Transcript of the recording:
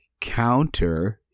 counter